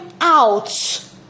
out